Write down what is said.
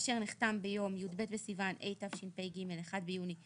אשר נחתם ביום י"ב בסיוון התשפ"ג (1 ביוני 2023)